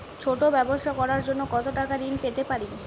ছোট ব্যাবসা করার জন্য কতো টাকা ঋন পেতে পারি?